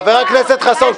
חבר הכנסת חסון,